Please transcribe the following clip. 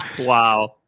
Wow